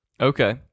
Okay